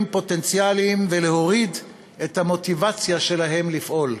פוטנציאליים ולהוריד את המוטיבציה שלהם לפעול.